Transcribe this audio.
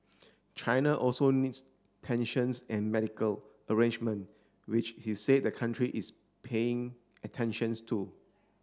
China also needs pensions and medical arrangement which he said the country is paying attentions to